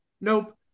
nope